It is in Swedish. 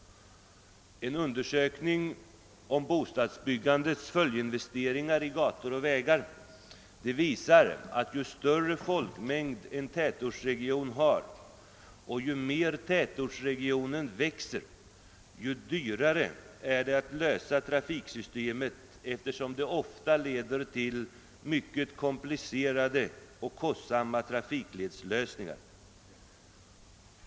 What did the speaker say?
En undersökning om bostadsbyggandets följdinvesteringar i gator och vägar visar att ju större folkmängd en tätortsregion har och ju mer den växer, desto dyrare är det att bygga upp trafiksystemet, eftersom det ofta leder till mycket komplicerade och kostsamma trafikledslösningar.